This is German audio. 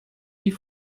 die